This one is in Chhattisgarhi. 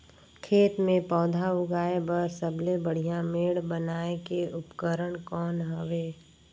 खेत मे पौधा उगाया बर सबले बढ़िया मेड़ बनाय के उपकरण कौन हवे?